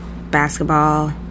basketball